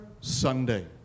Sunday